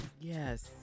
Yes